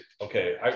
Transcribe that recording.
okay